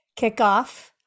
kickoff